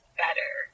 better